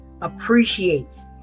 appreciates